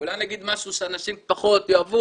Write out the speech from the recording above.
ואולי אני אגיד משהו שאנשים פחות יאהבו,